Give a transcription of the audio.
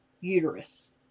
uterus